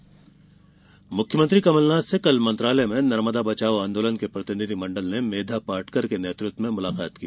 कमलनाथ भेंट मुख्यमंत्री कमलनाथ से कल मंत्रालय में नर्मदा बचाओ आंदोलन के प्रतिनिधि मंडल ने मेधा पाटकर के नेतृत्व में मुलाकात की